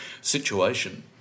situation